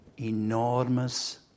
enormous